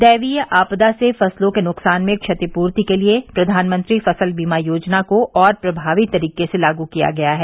दैवीय आपदा से फसलों के नुकसान में क्षतिपूर्ति के लिये प्रधानमंत्री फसल बीमा योजना को और प्रभावी तरीके से लागू किया गया है